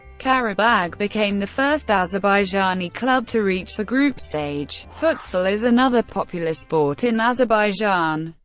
qarabag became the first azerbaijani club to reach the group stage. futsal is another popular sport in azerbaijan.